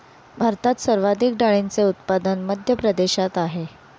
भारतात सर्वाधिक डाळींचे उत्पादन मध्य प्रदेशात आहेत